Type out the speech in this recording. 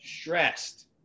stressed